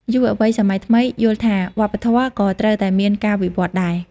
យុវវ័យសម័យថ្មីយល់ថាវប្បធម៌ក៏ត្រូវតែមានការវិវឌ្ឍដែរ។